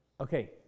Okay